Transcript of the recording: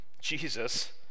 Jesus